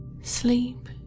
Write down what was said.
sleep